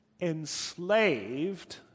enslaved